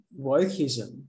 wokeism